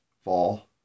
fall